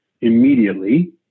immediately